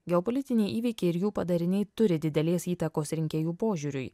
geopolitiniai įvykiai ir jų padariniai turi didelės įtakos rinkėjų požiūriui